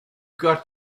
got